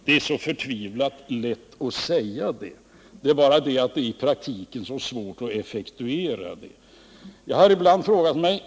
Det här är något som är väldigt lätt att säga, men det är bara så förtvivlat svårt att effektuera det i praktiken.